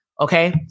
Okay